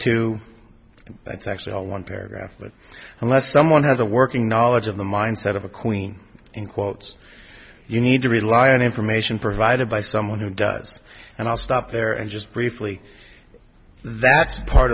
it's actually a one paragraph but unless someone has a working knowledge of the mindset of a queen in quotes you need to rely on information provided by someone who does and i'll stop there and just briefly that's part